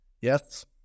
Yes